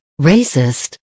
racist